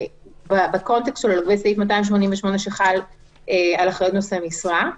בקונטקסט שלו לגבי סעיף 288 שחל על אחריות נושאי משרה,